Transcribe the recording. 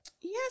Yes